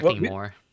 more